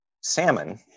salmon